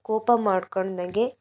ಕೋಪ ಮಾಡ್ಕೋಳ್ದಂಗೆ